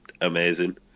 amazing